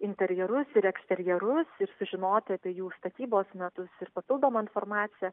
interjerus ir eksterjerus ir sužinoti apie jų statybos metus ir papildomą informaciją